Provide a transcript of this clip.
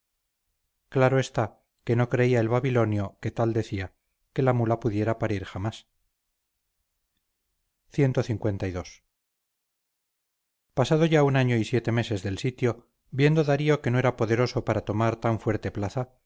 claro está que no creía el babilonio que tal decía que la mula pudiera parir jamás clii pasado ya un año y siete meses del sitio viendo darío que no era poderoso para tomar tan fuerte plaza